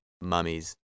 mummies